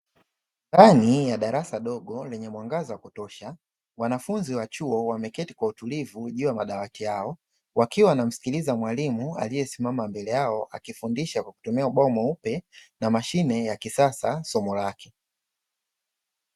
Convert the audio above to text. Ndani ya darasa dogo lenye mwangaza wa kutosha, wanafunzi wa chuo wameketi kwa utulivu juu ya madawati yao, wakiwa wanamsikiliza mwalimu aliyesimama mbele yao akifundisha kutumia ubao mweupe na mashine ya kisasa somo lake.